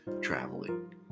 Traveling